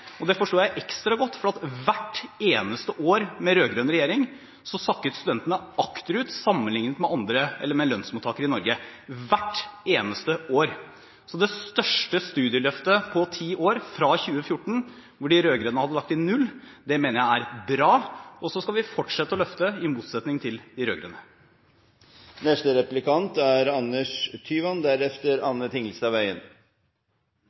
år. Jeg forstår at studentene gjerne vil ha enda mer, og det forstår jeg ekstra godt, for hvert eneste år med rød-grønn regjering sakket studentene akterut sammenliknet med lønnsmottakere i Norge – hvert eneste år. Det største studieløftet på ti år fra 2014, hvor de rød-grønne hadde lagt inn null, mener jeg er bra. Og så skal vi fortsette å løfte, i motsetning til de